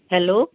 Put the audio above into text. hello